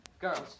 Girls